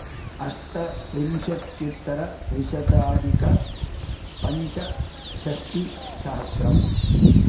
अष्टत्रिंशत्युत्तरत्रिशताधिकपञ्चषष्ठिसहस्रम्